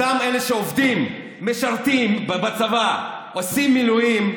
אותם אלה שעובדים, משרתים בצבא, עושים מילואים,